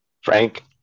frank